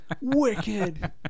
Wicked